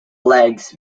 legs